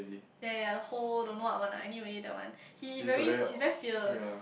there are a hall don't know what one ah anyway that one he very he's very fierce